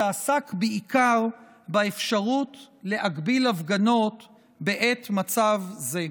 שעסק בעיקר באפשרות להגביל הפגנות בעת מצב זה.